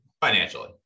Financially